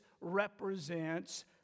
represents